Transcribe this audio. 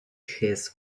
has